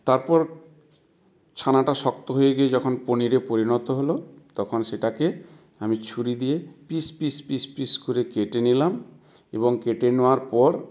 তারপর ছানাটা শক্ত হয়ে গিয়ে যখন পনিরে পরিণত হলো তখন সেটাকে আমি ছুরি দিয়ে পিস পিস পিস পিস করে কেটে নিলাম এবং কেটে নোওয়ার পর